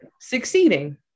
succeeding